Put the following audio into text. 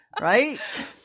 right